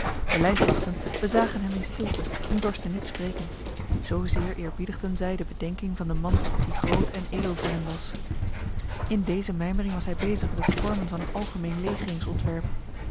de lijfwachten bezagen hem in stilte en dorsten niet spreken zozeer eerbiedigden zij de bedenking van de man die groot en edel voor hen was in deze mijmering was hij bezig met het vormen van een algemeen